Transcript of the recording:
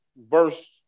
verse